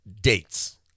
dates